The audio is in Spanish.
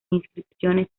inscripciones